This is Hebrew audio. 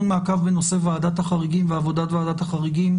בנושא ועדת החריגים ועבודת ועדת החריגים.